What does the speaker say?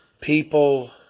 People